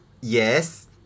Yes